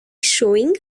showing